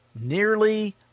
nearly